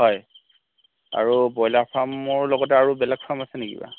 হয় আৰু ব্ৰইলাৰ ফাৰ্মৰ লগতে বেলেগ ফাৰ্ম আছে নেকি কিবা